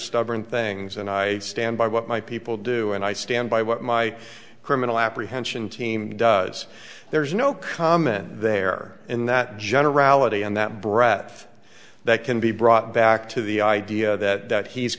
stubborn things and i stand by what my people do and i stand by what my criminal apprehension team does there's no comment there in that generality and that breath that can be brought back to the idea that